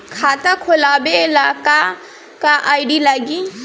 खाता खोलाबे ला का का आइडी लागी?